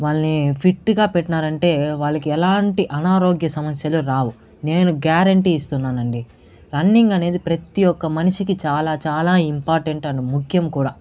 వాళ్ళని ఫిట్ గా పెట్టారంటే వాళ్ళకి ఎలాంటి అనారోగ్య సమస్యలు రావు నేను గ్యారెంటీ ఇస్తున్నానండి రన్నింగ్ అనేది ప్రతి ఒక్క మనిషికి చాలా చాలా ఇంపార్టెంట్ అండ్ ముఖ్యం కూడా